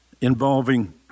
involving